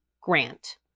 grant